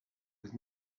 with